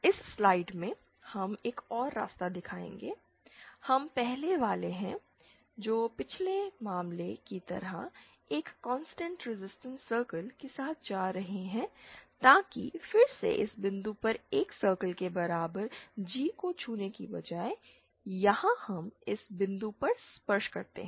इस स्लाइड में हम एक और रास्ता दिखाएंगे हम पहले वाले हैं जो पिछले मामले की तरह एक कांस्टेंट रीसिस्टेंस सर्कल के साथ जा रहे हैं लेकिन फिर इस बिंदु पर 1 सर्कल के बराबर G को छूने के बजाय यहां हम इस बिंदु पर स्पर्श करते हैं